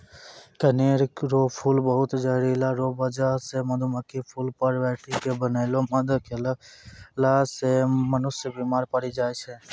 कनेर रो फूल बहुत जहरीला रो बजह से मधुमक्खी फूल पर बैठी के बनैलो मध खेला से मनुष्य बिमार पड़ी जाय छै